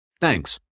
Thanks